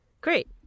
Great